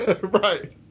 Right